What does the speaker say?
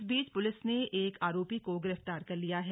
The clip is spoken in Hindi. इस बीच पुलिस ने एक आरोपी को गिरफ्तार कर लिया है